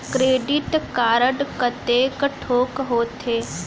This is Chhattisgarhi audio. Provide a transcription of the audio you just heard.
क्रेडिट कारड कतेक ठोक होथे?